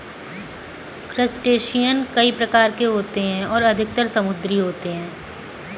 crustacean कई प्रकार के होते हैं और अधिकतर समुद्री होते हैं